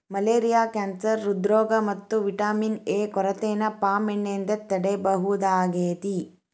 malaria cancer ಹ್ರೃದ್ರೋಗ ಮತ್ತ vitamin A ಕೊರತೆನ ಪಾಮ್ ಎಣ್ಣೆಯಿಂದ ತಡೇಬಹುದಾಗೇತಿ